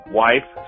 wife